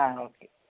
okay